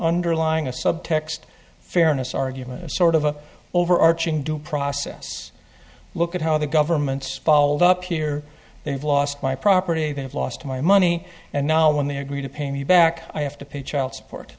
underlying a subtext fairness argument sort of an overarching due process look at how the government's fault up here they've lost my property they have lost my money and now when they agree to pay me back i have to pay child support